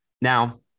Now